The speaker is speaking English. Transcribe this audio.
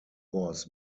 was